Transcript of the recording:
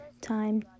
Time